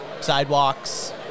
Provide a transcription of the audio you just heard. sidewalks